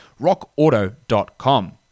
rockauto.com